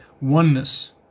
Oneness